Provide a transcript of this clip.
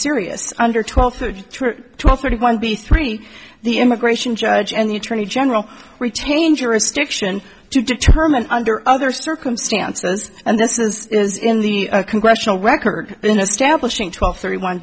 serious under twelve twelve thirty one b three the immigration judge and the attorney general retain jurisdiction to determine under other circumstances and this is in the congressional record in establishing twelve thirty one